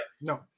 No